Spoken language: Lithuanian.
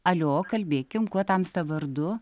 alio kalbėkim kuo tamsta vardu